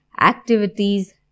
activities